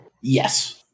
Yes